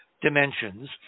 dimensions